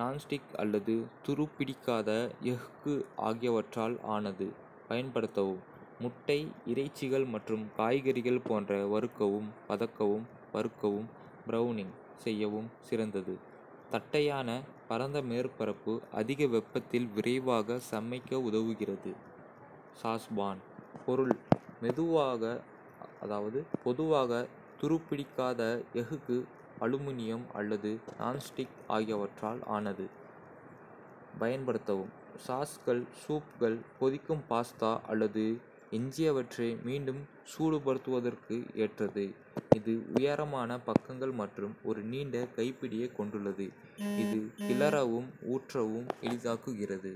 நான்ஸ்டிக் அல்லது துருப்பிடிக்காத எஃகு ஆகியவற்றால் ஆனது. பயன்படுத்தவும் முட்டை, இறைச்சிகள் மற்றும் காய்கறிகள் போன்ற வறுக்கவும், வதக்கவும், வறுக்கவும், பிரவுனிங் செய்யவும் சிறந்தது. தட்டையான, பரந்த மேற்பரப்பு அதிக வெப்பத்தில் விரைவாக சமைக்க உதவுகிறது. சாஸ்பான் பொருள் பொதுவாக துருப்பிடிக்காத எஃகு, அலுமினியம் அல்லது நான்ஸ்டிக் ஆகியவற்றால் ஆனது. பயன்படுத்தவும் சாஸ்கள், சூப்கள், கொதிக்கும் பாஸ்தா அல்லது எஞ்சியவற்றை மீண்டும் சூடுபடுத்துவதற்கு ஏற்றது. இது உயரமான பக்கங்கள் மற்றும் ஒரு நீண்ட கைப்பிடியைக் கொண்டுள்ளது, இது கிளறவும் ஊற்றவும் எளிதாக்குகிறது.